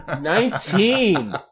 Nineteen